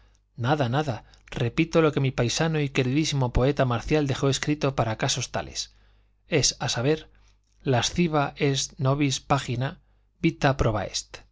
nada nada repito lo que mi paisano y queridísimo poeta marcial dejó escrito para casos tales es a saber lasciva est nobis pagina vita proba est